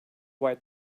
white